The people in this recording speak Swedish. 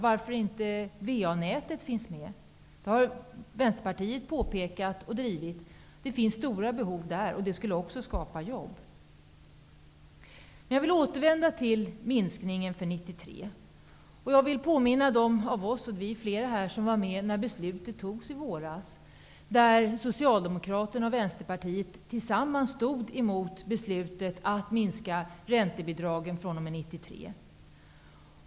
Varför finns inte VA-nätet med? Vänsterpartitet har både påpekat och drivit frågan att det när det gäller VA-nätet finns stora behov och därmed förutsättningar för jobb. Jag återvänder till diskussionen om minskningen av bostadssubventionerna för 1993. Jag vill påminna dem som var med när beslutet i våras fattades - vi är flera här nu som var med - att minska räntebidragen.